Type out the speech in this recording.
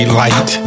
light